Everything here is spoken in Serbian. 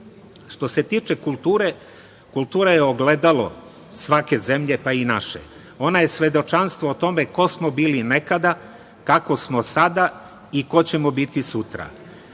se tiče kulture, kultura je ogledalo svake zemlje, pa i naše. Ona je svedočanstvo o tome ko smo bili nekada, kako smo sada i ko ćemo biti sutra.